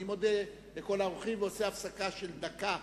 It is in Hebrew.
אני מודה לכל האורחים ועושה הפסקה של דקה,